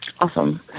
Awesome